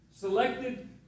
Selected